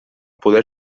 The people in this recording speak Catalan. poder